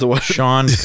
Sean